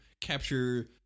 capture